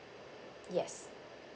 yes